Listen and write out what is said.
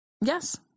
yes